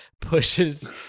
pushes